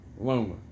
Loma